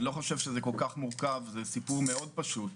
זה סיפור מאוד פשוט.